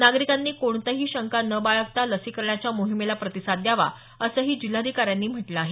नागरिकांनी कोणतीही शंका न बाळगता लसीकरणाच्या मोहिमेला प्रतिसाद द्यावा असंही जिल्हाधिकाऱ्यांनी म्हटलं आहे